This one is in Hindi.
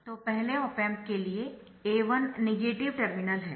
तो पहले ऑप एम्प के लिए A1 नेगेटिव टर्मिनल है